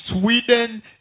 Sweden